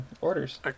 orders